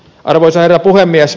arvoisa herra puhemies